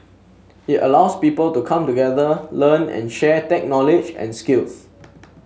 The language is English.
it allows people to come together learn and share tech knowledge and skills